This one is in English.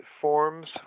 forms